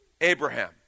Abraham